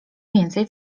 więcej